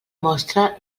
mostra